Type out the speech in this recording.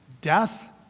death